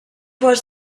was